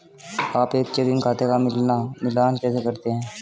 आप एक चेकिंग खाते का मिलान कैसे करते हैं?